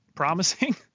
Promising